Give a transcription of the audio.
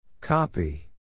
Copy